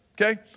Okay